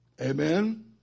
Amen